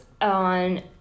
on